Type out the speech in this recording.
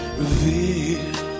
revealed